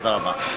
תודה רבה.